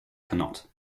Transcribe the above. cannot